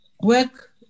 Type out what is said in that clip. work